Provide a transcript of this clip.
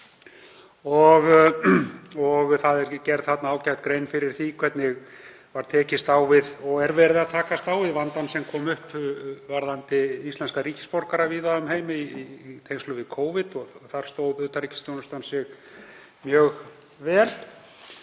öll og gerð ágæt grein fyrir því hvernig tekist var á við og er verið að takast á við vandann sem kom upp varðandi íslenska ríkisborgara víða um heim í tengslum við Covid. Þar stóð utanríkisþjónustan sig mjög vel.